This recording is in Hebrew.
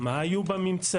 מה היו בממצאים.